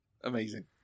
Amazing